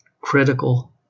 critical